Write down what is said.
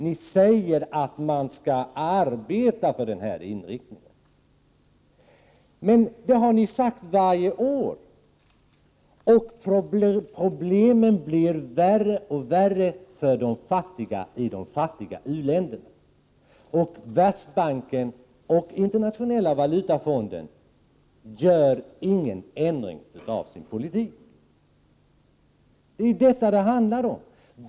Ni säger att man skall arbeta för den här inriktningen, men det har ni sagt varje år. Problemen blir värre och värre för de fattiga i de fattiga u-länderna, och Världsbanken och Internationella valutafonden förändrar inte sin politik. Det är detta det handlar om.